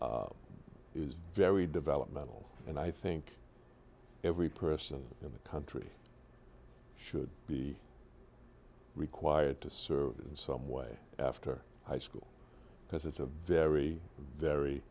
is very developmental and i think every person in the country should be required to serve in some way after high school because it's a very very